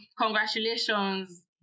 Congratulations